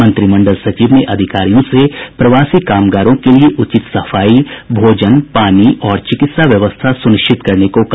मंत्रिमंडल सचिव ने अधिकारियों से प्रवासी कामगारों के लिए उचित सफाई भोजन पानी और चिकित्सा व्यवस्था सुनिश्चित करने को कहा